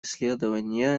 исследование